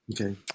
Okay